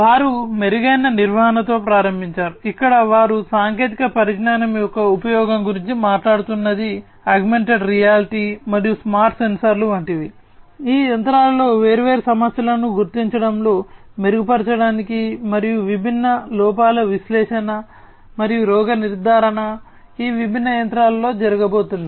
వారు మెరుగైన నిర్వహణతో ప్రారంభించారు ఇక్కడ వారు సాంకేతిక పరిజ్ఞానం యొక్క ఉపయోగం గురించి మాట్లాడుతున్నది ఆగ్మెంటెడ్ రియాలిటీ మరియు స్మార్ట్ సెన్సార్లు వంటివి ఈ యంత్రాలలో వేర్వేరు సమస్యలను గుర్తించడంలో మెరుగుపరచడానికి మరియు విభిన్న లోపాల విశ్లేషణ మరియు రోగ నిర్ధారణ ఈ విభిన్న యంత్రాలలో జరగబోతున్నాయి